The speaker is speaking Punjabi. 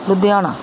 ਲੁਧਿਆਣਾ